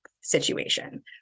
situation